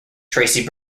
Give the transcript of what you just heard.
tracy